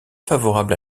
favorable